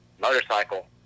motorcycle